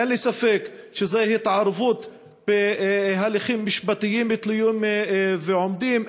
אין לי ספק שזו התערבות בהליכים משפטיים תלויים ועומדים.